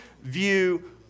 view